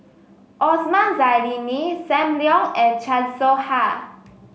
Osman Zailani Sam Leong and Chan Soh Ha